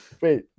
Wait